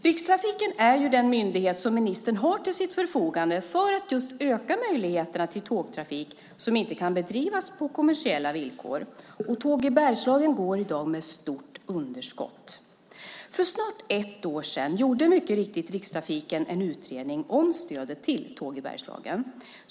Rikstrafiken är den myndighet som ministern har till sitt förfogande för att öka möjligheterna för tågtrafik som inte kan bedrivas på kommersiella villkor. Tåg i Bergslagen går i dag med ett stort underskott. För snart ett år sedan gjorde mycket riktigt Rikstrafiken en utredning om stödet till Tåg i Bergslagen.